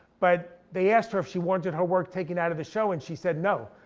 but they asked her if she wanted her work taken out of the show and she said no.